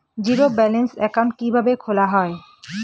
Zero balance account কিভাবে খোলা হয়?